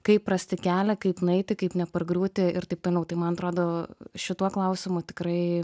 kaip rasti kelią kaip nueiti kaip nepargriūti ir taip toliau tai man atrodo šituo klausimu tikrai